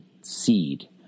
seed